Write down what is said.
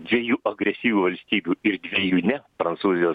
dviejų agresyvių valstybių ir dviejų ne prancūzijos